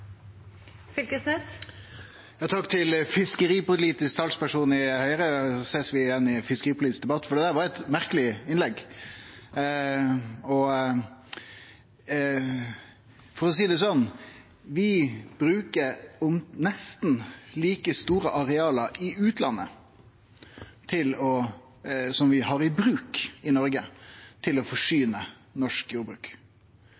borte. Takk til fiskeripolitisk talsperson i Høgre. Da sest vi igjen i fiskeripolitisk debatt, for det der var eit merkeleg innlegg. For å seie det sånn: Vi bruker areal i utlandet som er nesten like store som dei vi har i bruk i Noreg, til å